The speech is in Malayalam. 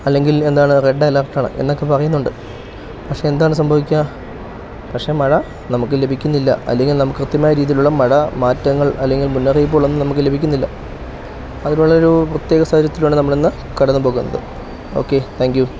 അല്ലെങ്കിൽ എന്താണ് റെഡ് അലാർട്ടാണ് എന്നൊക്കെ പറയുന്നുണ്ട് പക്ഷേ എന്താണ് സംഭവിക്കുക പക്ഷേ മഴ നമുക്ക് ലഭിക്കുന്നില്ല അല്ലെങ്കിൽ നമുക്ക് കൃത്യമായ രീതിയിലുള്ള മഴ മാറ്റങ്ങൾ അല്ലെങ്കിൽ മുുന്നറിയിപ്പുകൾ ഒന്നും നമുക്ക് ലഭിക്കുന്നില്ല അതിനുള്ള ഒരു പ്രത്യേക സാചര്യത്തിലാണ് നമ്മൾ ഇന്ന് കടന്ന് പോകുന്നത് ഓക്കെ താങ്ക് യൂ